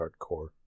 hardcore